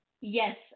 Yes